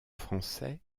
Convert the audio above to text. français